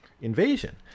invasion